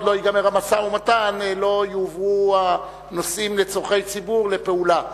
לא ייגמר המשא-ומתן לא יובאו הנושאים של צורכי ציבור לפעולה.